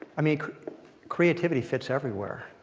i mean creativity fits everywhere.